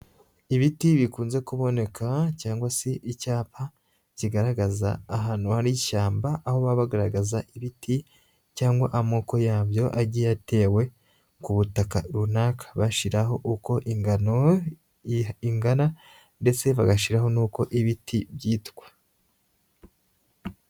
Ibiti bikunze kuboneka cyangwa se icyapa, kigaragaza ahantu hari ishyamba, aho baba bagaragaza ibiti cyangwa amoko yabyo agiye atewe, ku butaka runaka, bashiraho uko ingano ingana, ndetse bagashiraho n'uko ibiti byitwa.